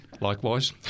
Likewise